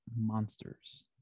Monsters